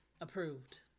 approved